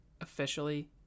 officially